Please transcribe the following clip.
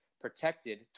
protected